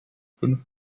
fünf